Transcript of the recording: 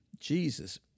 Jesus